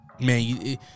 man